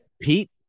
Pete